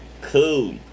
Cool